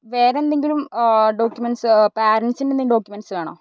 വേറെ എന്തെങ്കിലും ഡോക്യമെൻസ് പാരൻസിൻ്റെ എന്തെങ്കിലും ഡോക്യമെൻസ് വേണോ